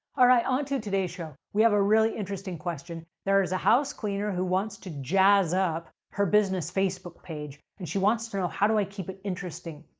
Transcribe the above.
all right. onto today's show. we have a really interesting question. there is a house cleaner who wants to jazz up her business facebook page and she wants to know, how do i keep it interesting?